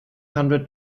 hundred